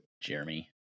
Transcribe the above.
Jeremy